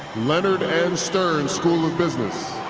leonard n. stern school of business